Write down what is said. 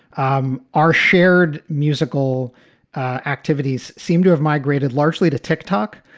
um our shared musical activities seem to have migrated largely to tick tock.